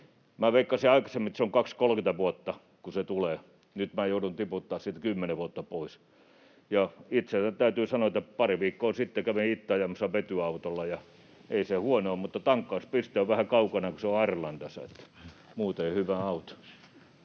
Minä veikkasin aikaisemmin, että siihen, kun se tulee, on 20—30 vuotta, ja nyt minä joudun tiputtamaan siitä 10 vuotta pois. Itse asiassa täytyy sanoa, että pari viikkoa sitten kävin itse ajamassa vetyautolla, ja ei se huono ole, mutta tankkauspiste on vähän kaukana, kun se on Arlandassa — muuten hyvä auto.